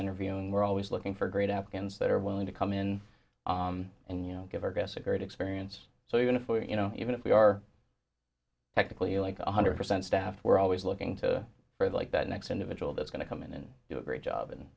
interviewing we're always looking for great afghans that are willing to come in and you know give our guests a great experience so you know for you know even if we are technically like one hundred percent staff were always looking to fred like that next individual that's going to come in and do a great job and